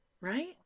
Right